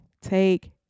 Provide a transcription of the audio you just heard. Take